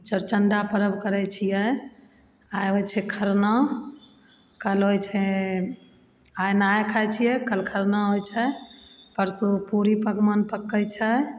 आओर चौरचन्दा पर्व करय छियै आइ होइ छै खरना कल होइ छै आइ नहाय खाय छियै कल खरना होइ छै परसू पूरी पकवान पकय छै